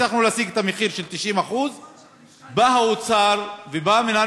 הצלחנו להשיג את המחיר של 90%. בא האוצר ובא מינהל